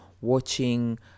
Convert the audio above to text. watching